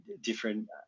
different